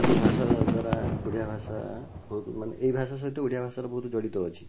ଏହି ଭାଷା ଦ୍ଵାରା ଓଡ଼ିଆ ଭାଷା ବହୁତ ମାନେ ଏହି ଭାଷା ସହିତ ଓଡ଼ିଆ ଭାଷାର ବହୁତ ଜଡ଼ିତ ଅଛି